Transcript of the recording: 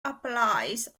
applies